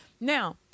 Now